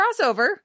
crossover